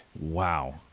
Wow